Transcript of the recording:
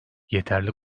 yeterli